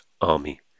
army